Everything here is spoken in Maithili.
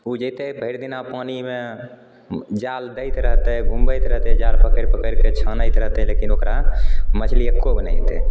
ओ जेतै भरि दिना पानिमे जाल दैत रहतै घूमबैत रहतै जाल पकड़ि पकड़िके छानैत रहतै लेकिन ओकरा मछली एको गो नहि एतै